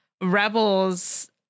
Rebels